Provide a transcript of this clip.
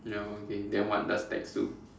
no okay then what does tax do